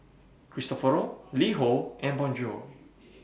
Cristofori LiHo and Bonjour